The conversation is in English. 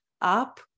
up